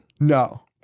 No